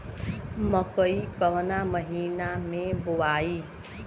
मकई कवना महीना मे बोआइ?